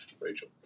Rachel